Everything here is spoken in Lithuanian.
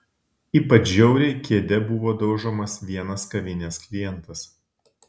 ypač žiauriai kėde buvo daužomas vienas kavinės klientas